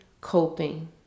coping